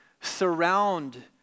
surround